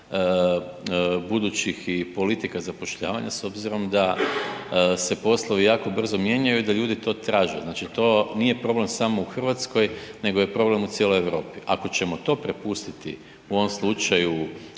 budućih i politika zapošljavanja s obzirom da se poslovi jako brzo mijenjaju i da ljudi to traže, znači to nije problem samo u RH, nego je problem u cijeloj Europi. Ako ćemo to prepustiti u ovom slučaju